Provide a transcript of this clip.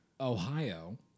Ohio